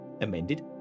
amended